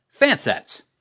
Fansets